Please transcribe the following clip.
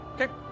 Okay